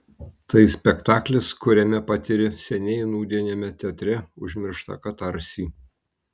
tai spektaklis kuriame patiri seniai nūdieniame teatre užmirštą katarsį